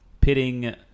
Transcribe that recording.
pitting